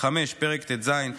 פרק ט"ז,